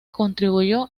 contribuyó